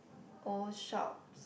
old shop